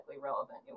relevant